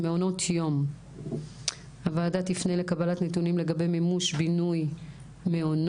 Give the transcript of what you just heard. מעונות יום - הועדה תפנה לקבלת נתונים לגבי מימוש בינוי מעונות.